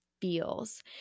feels